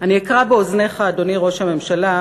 אני אקרא באוזניך, אדוני ראש הממשלה,